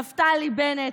נפתלי בנט,